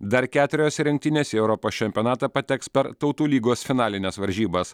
dar keturios rinktinės į europos čempionatą pateks per tautų lygos finalines varžybas